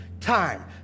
time